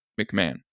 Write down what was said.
McMahon